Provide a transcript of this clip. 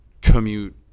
commute